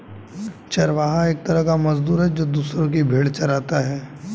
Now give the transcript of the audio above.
चरवाहा एक तरह का मजदूर है, जो दूसरो की भेंड़ चराता है